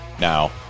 Now